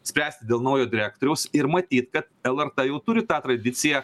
spręsti dėl naujo direktoriaus ir matyt kad lrt jau turi tą tradiciją